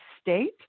state